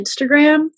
Instagram